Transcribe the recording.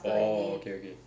orh okay okay